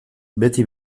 beti